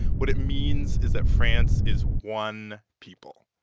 what it means is that france is one people.